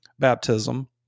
baptism